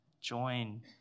join